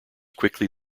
quickly